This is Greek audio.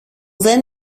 δεν